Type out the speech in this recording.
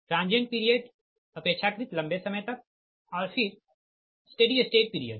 transient period अपेक्षाकृत लंबे समय तक और फिर स्टीडी स्टेट पीरियड